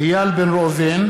איל בן ראובן,